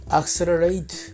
accelerate